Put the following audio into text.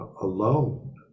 alone